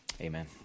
Amen